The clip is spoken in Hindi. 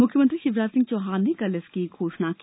मुख्यमंत्री शिवराज सिंह चौहान ने कल इसकी घोषणा की